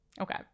okay